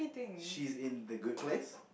she's in the good place